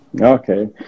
okay